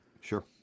Sure